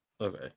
Okay